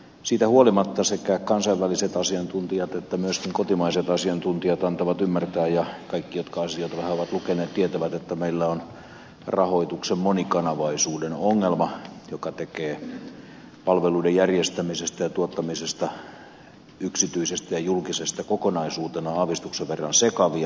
siitä huolimatta sekä kansainväliset asiantuntijat että myöskin kotimaiset asiantuntijat antavat ymmärtää ja kaikki jotka asioita vähän ovat lukeneet tietävät että meillä on rahoituksen monikanavaisuuden ongelma joka tekee palveluiden järjestämisestä ja tuottamisesta yksityisestä ja julkisesta kokonaisuutena aavistuksen verran sekavia